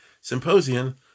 symposium